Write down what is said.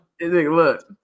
Look